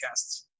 podcasts